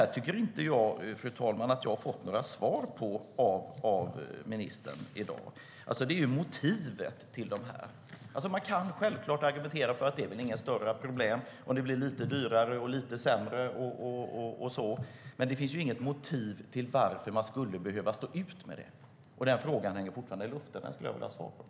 Jag tycker inte att jag har fått några svar på mina frågor av ministern i dag. Det handlar om motivet. Man kan självklart argumentera för att det inte är några större problem om det blir lite dyrare och lite sämre. Men det finns ju inget motiv till att man skulle behöva stå ut med det. Den frågan hänger fortfarande i luften, och jag skulle vilja ha svar på den.